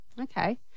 Okay